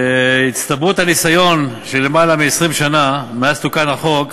בהצטברות הניסיון של למעלה מ-20 שנה מאז תוקן החוק,